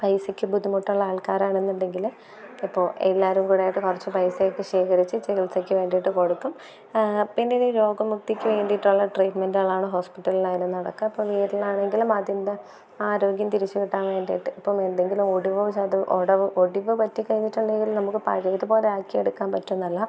പൈസയ്ക്ക് ബുദ്ധിമുട്ടൊള്ള ആള്ക്കാരാണെന്നൊണ്ടെങ്കില് അപ്പൊ എല്ലാരും കൂടായിട്ട് കുറച്ച് പൈസയൊക്കെ ശേഖരിച്ച് ചികിത്സയ്ക്ക് വേണ്ടിയിട്ട് കൊടുക്കും പിന്നൊര് രോഗ മുക്തിയ്ക്ക് വേണ്ടിയിട്ടുള്ള ട്രീറ്റുമെന്റ്കളാണ് ഹോസ്പിറ്റല്ലായാലും നടക്കുക അപ്പം വീട്ടിലാണെങ്കിലും അതിന്റെ ആരോഗ്യം തിരിച്ച് കിട്ടാന് വേണ്ടിയിട്ട് ഇപ്പം എന്തെങ്കിലും ഒടിവോ ചതവോ ഒടവോ ഒടിവ് പറ്റി കഴിഞ്ഞിട്ടുണ്ടെങ്കിൽ നമുക്കത് പഴയത് പോലെ ആക്കിയെടുക്കാൻ പറ്റുന്നല്ല